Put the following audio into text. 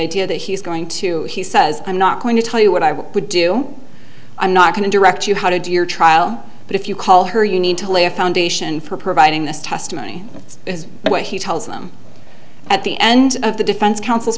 idea that he's going to he says i'm not going to tell you what i would do i'm not going to direct you how to do your trial but if you call her you need to lay a foundation for providing this testimony is the way he tells them at the end of the defense counsel